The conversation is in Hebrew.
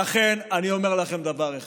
רם בן ברק